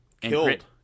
Killed